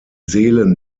seelen